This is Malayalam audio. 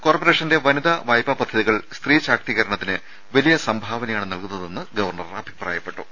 കോർപ്പറേഷന്റെ വനിതാ വായ്പാ പദ്ധതികൾ സ്ത്രീ ശാക്തീകരണത്തിന് വലിയ സംഭാവനയാണ് നൽകുന്ന തെന്നും ഗവർണർ അഭിപ്രായപ്പെട്ടു